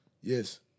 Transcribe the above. Yes